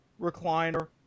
recliner